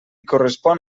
correspon